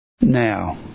Now